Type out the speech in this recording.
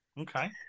Okay